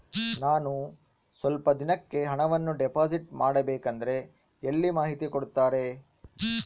ನಾನು ಸ್ವಲ್ಪ ದಿನಕ್ಕೆ ಹಣವನ್ನು ಡಿಪಾಸಿಟ್ ಮಾಡಬೇಕಂದ್ರೆ ಎಲ್ಲಿ ಮಾಹಿತಿ ಕೊಡ್ತಾರೆ?